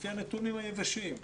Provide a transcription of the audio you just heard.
לפי הנתונים היבשים,